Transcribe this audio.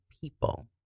people